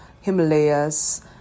Himalayas